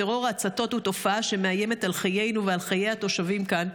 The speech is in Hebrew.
טרור ההצתות הוא תופעה שמאיימת על חיינו ועל חיי התושבים כאן.